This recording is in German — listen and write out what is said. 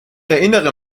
erinnere